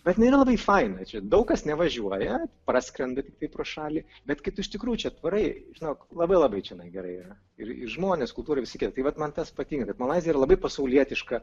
bet jinai yra labai faina čia daug kas nevažiuoja praskrenda tiktai pro šalį bet kai tu iš tikrųjų čia atvarai žinok labai labai čionai gerai yra ir į žmones kultūrą visa kita tai vat man tas patinka kad malaizija labai pasaulietiška